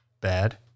bad